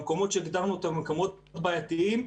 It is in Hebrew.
במקומות שהגדרנו כמקומות בעייתיים,